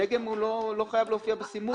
הדגם לא חייב להופיע בסימון.